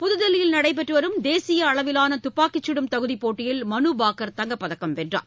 புதுதில்லியில் நடைபெற்றுவரும் தேசியஅளவிலானதுப்பாக்கிசும் தகுதிப் போட்டியில் மனுபாக்கர் தங்கப்பதக்கம் வென்றார்